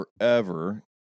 forever